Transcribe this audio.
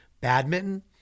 badminton